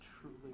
truly